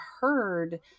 heard